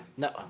No